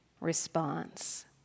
response